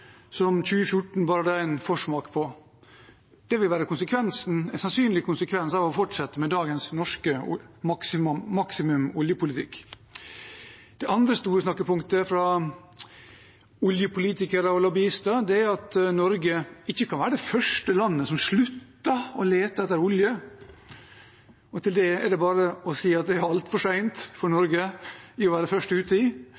som 2014 var en forsmak på. Det vil være en sannsynlig konsekvens av å fortsette med dagens norske maksimum oljepolitikk. Det andre store snakkepunktet fra oljepolitikere og lobbyister er at Norge ikke kan være det første landet som sluttet å lete etter olje. Til det er det bare å si at det er altfor sent for